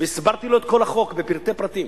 והסברתי לו את כל החוק לפרטי פרטים.